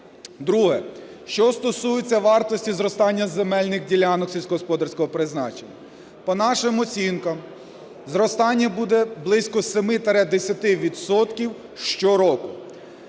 Друге. Що стосується вартості зростання земельних ділянок сільськогосподарського призначення, по нашим оцінкам, зростання буде близько 7-10 відсотків